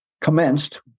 commenced